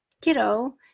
kiddo